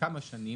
כמה שנים,